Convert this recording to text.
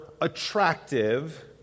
attractive